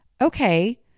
okay